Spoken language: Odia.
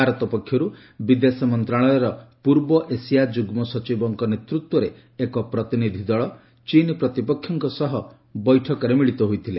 ଭାରତ ପକ୍ଷରୁ ବିଦେଶ ମନ୍ତ୍ରଶାଳୟର ପୂର୍ବ ଏସିଆ ଯୁଗ୍ମ ସଚିବଙ୍କ ନେତୃତ୍ୱରେ ଏକ ପ୍ରତିନିଧି ଦଳ ଚୀନ୍ ପ୍ରତିପକ୍ଷଙ୍କ ସହ ବୈଠକରେ ସାମିଲ୍ ହୋଇଥିଲେ